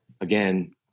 again